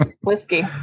whiskey